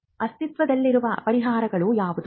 ಅಸ್ತಿತ್ವದಲ್ಲಿರುವ ಪರಿಹಾರಗಳು ಯಾವುವು